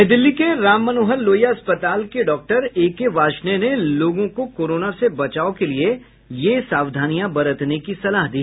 नई दिल्ली के राम मनोहर लोहिया अस्पताल में डॉक्टर एके वार्ष्णेय ने लोगों को कोरोना से बचाव के लिए ये सावधानियां बरतने की सलाह दी